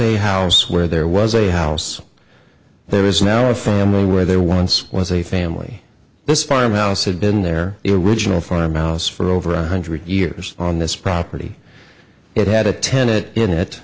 a house where there was a house there is now a family where there once was a family this farm house had been there is a regional farm house for over one hundred years on this property it had a tenet in it